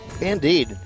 Indeed